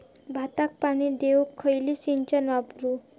भाताक पाणी देऊक खयली सिंचन वापरू?